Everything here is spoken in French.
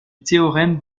théorème